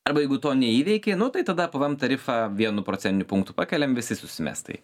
arba jeigu to neįveiki nu tai tada pvm tarifą vienu procentiniu punktu pakeliam visi susimes tai